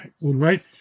right